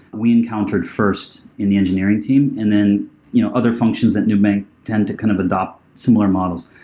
we encountered first in the engineering team, and then you know other functions that nubank tend to kind of adopt similar models.